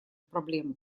проблему